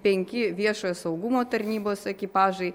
penki viešojo saugumo tarnybos ekipažai